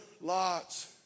Lot's